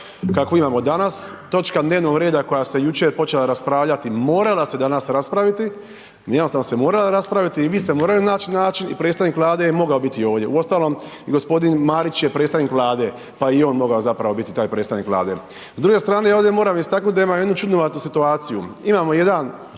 kakvu imamo danas. Točka dnevnog reda koja se jučer počela raspravljati morala se danas raspraviti, jednostavno se morala raspravila i vi ste morali naći način i predstavnik Vlade je mogao biti ovdje. Uostalom i gospodin Marić je predstavnika Vlade, pa je i on mogao zapravo biti taj predstavnik Vlade. S druge strane ja ovdje moram istaknut da imam jednu čudnovatu situaciju, imamo jedan